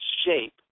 shape